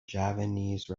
javanese